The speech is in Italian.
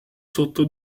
sotto